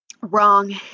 wrong